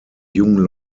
jungen